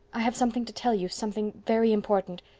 i have something to tell you. something very important.